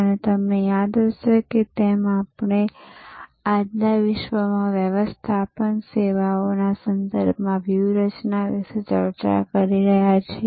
અને તમને યાદ હશે તેમ આપણે આજના વિશ્વમાં વ્યવસ્થાપન સેવાઓના સંદર્ભમાં વ્યૂહરચના વિશે ચર્ચા કરી રહ્યા છીએ